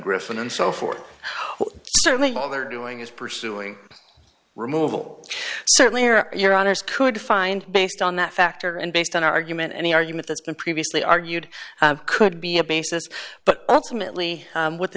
griffin and so forth certainly all they're doing is pursuing removal certainly or your honour's could find based on that factor and based on argument any argument that's been previously argued could be a basis but ultimately